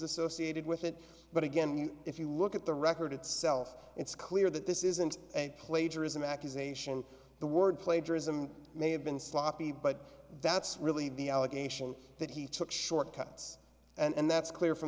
associated with it but again if you look at the record itself it's clear that this isn't a plagiarism accusation the word plagiarism may have been sloppy but that's really the allegation that he took short cuts and that's clear from